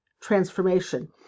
transformation